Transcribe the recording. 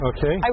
Okay